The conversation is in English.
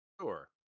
Sure